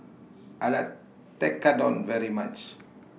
I like Tekkadon very much